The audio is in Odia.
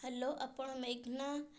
ହ୍ୟାଲୋ ଆପଣ ମେଘନା